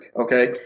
Okay